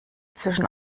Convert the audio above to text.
zwischen